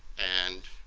and